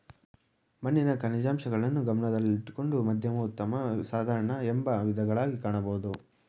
ಮಣ್ಣಿನ ಖನಿಜಾಂಶಗಳನ್ನು ಗಮನದಲ್ಲಿಟ್ಟುಕೊಂಡು ಮಧ್ಯಮ ಉತ್ತಮ ಸಾಧಾರಣ ಎಂಬ ವಿಧಗಳಗಿ ಕಾಣಬೋದು